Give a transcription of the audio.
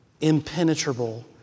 impenetrable